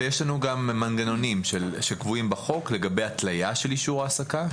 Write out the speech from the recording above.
ויש לנו גם מנגנונים שקבועים בחוק לגבי התליה של אישור העסקה.